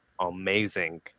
amazing